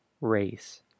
race